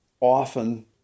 often